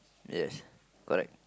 yes correct